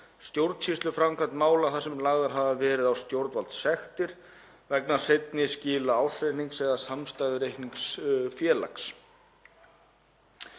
stjórnsýsluframkvæmd mála þar sem lagðar hafa verið á stjórnvaldssektir vegna seinna skila ársreiknings eða samstæðureiknings félags.